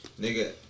nigga